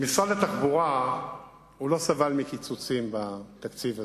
משרד התחבורה לא סבל מקיצוצים בתקציב הזה,